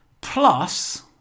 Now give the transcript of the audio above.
Plus